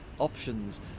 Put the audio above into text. options